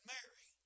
Mary